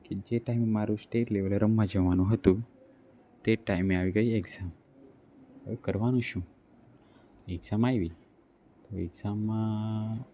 કે જે ટાઈમે મારું સ્ટેટ લેવલે રમવા જવાનું હતું તે જ ટાઈમે આવી ગઈ એક્ઝામ હવે કરવાનું શું એક્ઝામ આવી તો એક્ઝામમાં